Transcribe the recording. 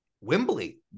Wembley